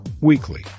weekly